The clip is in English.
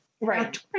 Right